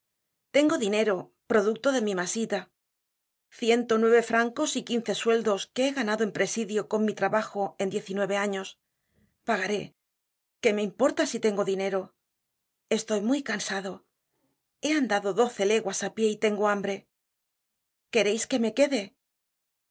tengo dinero producto de mi masita ciento nueve francos y quince sueldos que he ganado en presidio con mi trabajo en diez y nueve años pagaré qué me importa si tengo dinero estoy muy cansado he andado doce leguas á pie y tengo hambre queréis que me quede